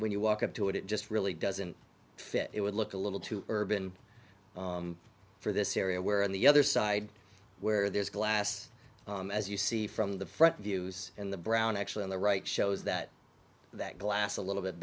when you walk up to it it just really doesn't fit it would look a little too urban for this area where on the other side where there's glass as you see from the front views and the brown actually on the right shows that that glass a little bit